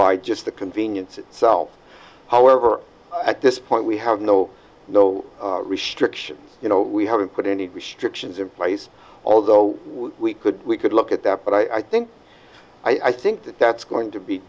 by just the convenience itself however at this point we have no no restrictions you know we haven't put any restrictions in place although we could we could look at that but i think i think that that's going to be